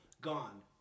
Gone